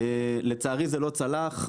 לצערי זה לא צלח,